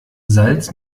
salz